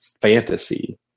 fantasy